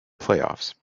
playoffs